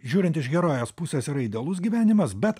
žiūrint iš herojės pusės yra idealus gyvenimas bet